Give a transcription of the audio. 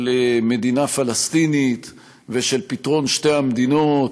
של מדינה פלסטינית ושל פתרון שתי מדינות,